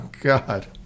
God